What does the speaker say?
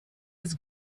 his